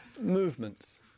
movements